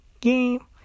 game